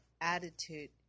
attitude